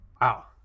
Wow